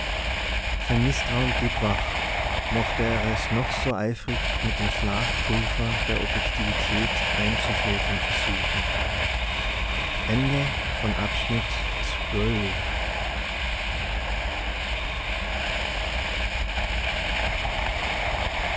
sein mißtrauen blieb wach mochte er es noch so eifrig mit dem schlafpulver der objektivität einzuschläfern versuchen